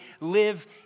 live